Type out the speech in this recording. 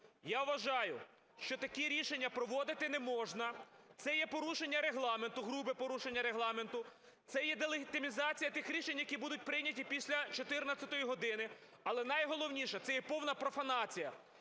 Я вважаю, що такі рішення проводити не можна, це є порушення Регламенту, грубе порушення Регламенту. Це є делегітимізація тих рішень, які будуть прийняті після 14 години. Але, найголовніше, це є повна профанація